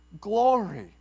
glory